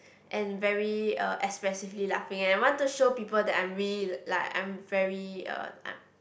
and very uh expressively laughing I want to show people that I am really like I am very uh I